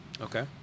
Okay